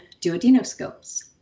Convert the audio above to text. duodenoscopes